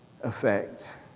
effect